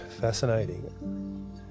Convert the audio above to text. fascinating